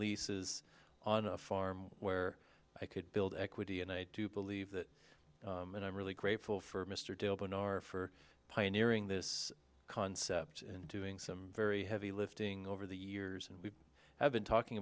leases on a farm where i could build equity and i do believe that and i'm really grateful for mr dillwyn are for pioneering this concept and doing some very heavy lifting over the years and we have been talking